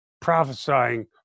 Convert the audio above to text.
prophesying